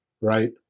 right